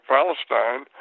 Palestine